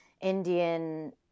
Indian